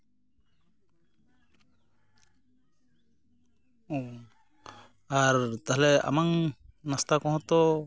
ᱚ ᱟᱨ ᱛᱟᱞᱦᱮ ᱟᱢᱟᱝ ᱱᱟᱥᱛᱟ ᱠᱚᱦᱚᱸ ᱛᱚ